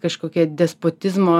kažkokia despotizmo